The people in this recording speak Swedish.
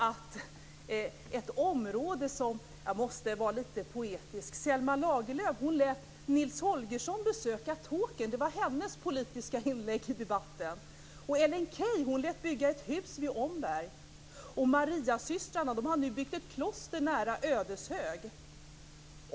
Här måste jag få vara litet poetiskt. Selma Lagerlöf lät Nils Holgersson besöka Tåkern. Det var hennes politiska inlägg i debatten. Ellen Key lät bygga ett hus vid Omberg. Och Mariasystrarna har nu byggt ett kloster nära Ödeshög.